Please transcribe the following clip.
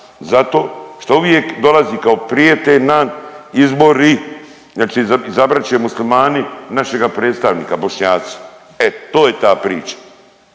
Zato što uvijek dolazi kao prijete nas izbori. Znači izabrat će muslimani našega predstavnika, Bošnjaci. E to je ta priča.